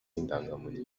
indangamuntu